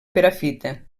perafita